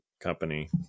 company